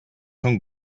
són